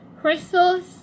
crystals